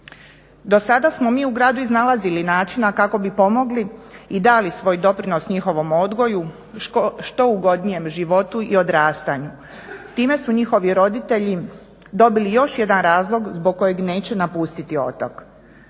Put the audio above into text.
Do sada smo mi u gradu pronalazili načina kako bi pomogli i dali svoj doprinos njihovom odgoju, što ugodnijem životu i odrastanju. Time su njihovi roditelji dobili još jedan razlog zbog kojeg neće napustiti otok.